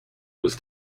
was